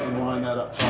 line that up